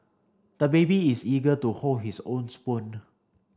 the baby is eager to hold his own spoon